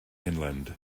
inland